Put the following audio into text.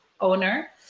owner